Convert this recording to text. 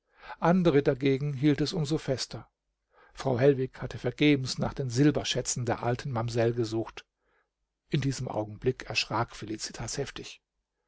andere dagegen hielt es um so fester frau hellwig hatte vergebens nach den silberschätzen der alten mamsell gesucht in diesem augenblick erschrak felicitas heftig